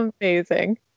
Amazing